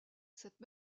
cette